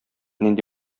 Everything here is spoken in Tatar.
нинди